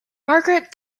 margaret